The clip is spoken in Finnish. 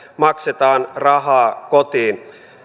maksetaan rahaa kotiin